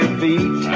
feet